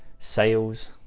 sales,